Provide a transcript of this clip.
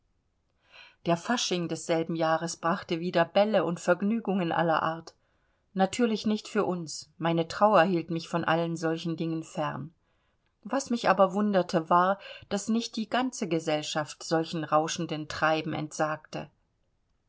der fasching desselben jahres brachte wieder bälle und vergnügungen aller art natürlich nicht für uns meine trauer hielt mich von allen solchen dingen fern was mich aber wunderte war daß nicht die ganze gesellschaft solchen rauschenden treiben entsagte